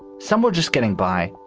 some were just getting by,